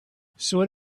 sort